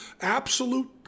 absolute